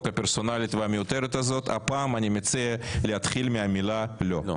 הפרסונלית והמיותרת הזאת הפעם אני מציע להתחיל מהמילה 'לא'.